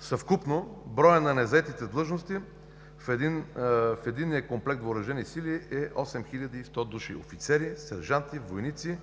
Съвкупно броят на незаетите длъжности в единия комплект въоръжени сили е 8100 души офицери, сержанти, войници,